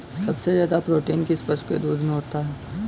सबसे ज्यादा प्रोटीन किस पशु के दूध में होता है?